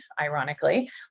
ironically